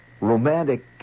romantic